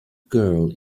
girl